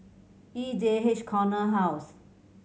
E J H Corner House